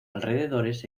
alrededores